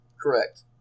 Correct